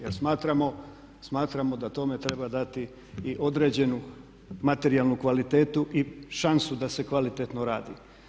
Jer smatramo da tome treba dati i određenu materijalnu kvalitetu i šansu da se kvalitetno radi.